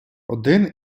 один